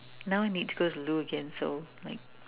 now need to go to the loo again so like